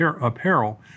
apparel